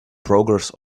progress